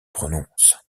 prononce